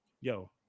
Yo